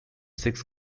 six